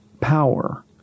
power